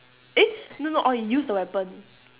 eh no no orh you use the weapon